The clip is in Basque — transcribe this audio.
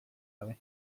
gabe